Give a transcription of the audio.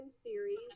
series